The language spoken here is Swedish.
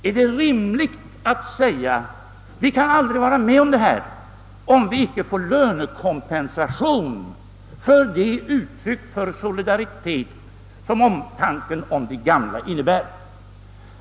Är det rimligt att säga att vi aldrig kan vara med om detta om vi icke får lönekompensation för de uttryck för solidaritet som omtanken om de gamla innebär?